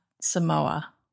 Samoa